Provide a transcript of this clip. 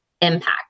impact